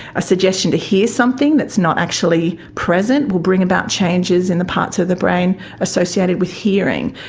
a suggestion to hear something that's not actually present will bring about changes in the parts of the brain associated with hearing.